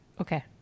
Okay